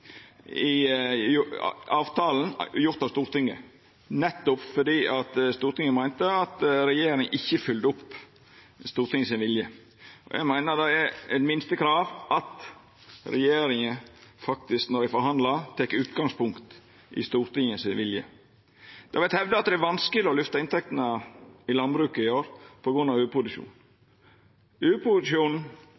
av Stortinget, nettopp fordi Stortinget meinte at regjeringa ikkje fylgde opp Stortingets vilje. Eg meiner det er eit minstekrav at regjeringa når ho forhandlar, faktisk tek utgangspunkt i Stortingets vilje. Det vert hevda at det er vanskeleg å lyfta inntektene i landbruket i år